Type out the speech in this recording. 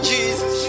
Jesus